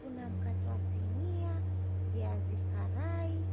kuna mkate wa sinia, viazi karai.